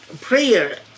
prayer